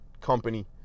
company